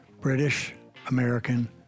British-American